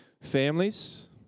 families